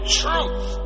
truth